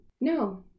No